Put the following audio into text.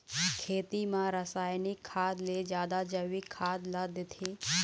खेती म रसायनिक खाद ले जादा जैविक खाद ला देथे